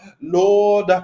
Lord